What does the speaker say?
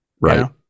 Right